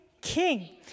King